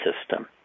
system